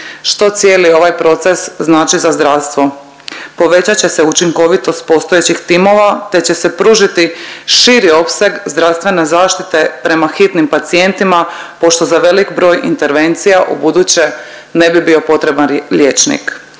Što cijeli ovaj proces znači za zdravstvo? Povećat će se učinkovitost postojećih timova, te će se pružiti širi opseg zdravstvene zaštite prema hitnim pacijentima pošto za velik broj intervencija u buduće ne bi bio potreban liječnik.